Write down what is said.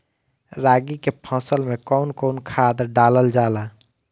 रागी के फसल मे कउन कउन खाद डालल जाला?